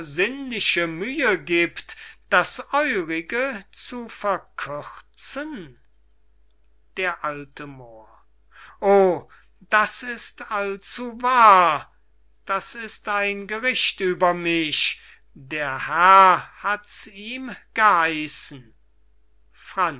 mühe gibt das eurige zu verkürzen d a moor o das ist allzuwahr das ist ein gericht über mich der herr hat's ihn geheissen